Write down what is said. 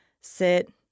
sit